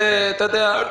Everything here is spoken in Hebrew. תן להם.